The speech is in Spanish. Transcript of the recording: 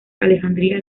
alejandría